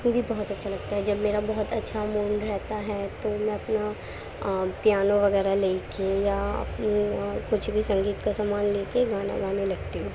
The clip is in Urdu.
مجھے بہت اچھا لگتا ہے جب میرا بہت اچھا مونڈ رہتا ہے تو میں اپنا پیانوں وغیرہ لے کے یا اپنا کچھ بھی سنگیت کا سمان لے کے گانا گانے لگتی ہوں